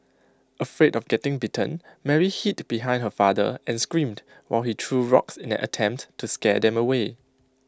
afraid of getting bitten Mary hid behind her father and screamed while he threw rocks in an attempt to scare them away